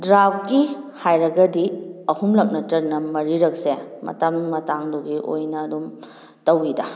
ꯗ꯭ꯔꯥꯐꯀꯤ ꯍꯥꯏꯔꯒꯗꯤ ꯑꯍꯨꯝꯂꯛ ꯅꯠꯇꯔꯒꯅ ꯃꯔꯤꯔꯛꯁꯦ ꯃꯇꯝ ꯃꯇꯥꯡꯗꯨꯒꯤ ꯑꯣꯏꯅ ꯑꯗꯨꯝ ꯇꯧꯏꯗ